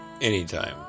Anytime